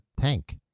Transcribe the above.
tank